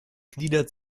gliedert